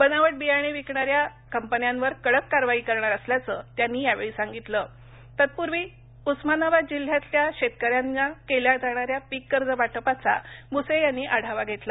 बनावट बियाणे विकणाऱ्या कंपन्यावर कडक कारवाई करणार असल्याचं त्यांनी यावेळी सांगितलं तत्पूर्वी उस्मानाबाद जिल्ह्यातल्या शेतकऱ्यांना केल्या जाणाऱ्या पीक कर्ज वाटपाचा भूसे यांनी आढावा घेतला